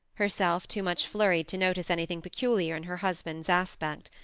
herself too much flurried to notice anything peculiar in her husband's aspect.